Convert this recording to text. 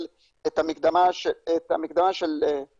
לו את הזכויות בלי לטרטר אותו ובלי